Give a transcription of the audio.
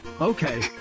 Okay